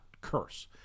curse